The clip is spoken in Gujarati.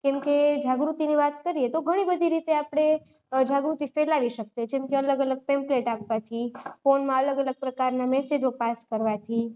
કેમકે જાગૃતિની વાત કરીએ તો ઘણીબધી રીતે આપણે જાગૃતિ ફેલાવી શકીએ જેમકે અલગ અલગ પેમ્પલેટ આપવાથી ફોનમાં અલગ અલગ પ્રકારના મેસેજો પાસ કરવાથી